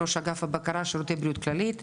ראש אגף בקרה בשירותי בריאות "כללית".